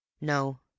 No